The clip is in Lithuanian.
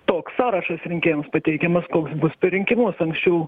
toks sąrašas rinkėjams pateikiamas koks bus per rinkimus anksčiau